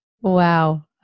Wow